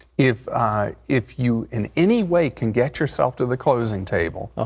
if if you in any way can get yourself to the closing table, ah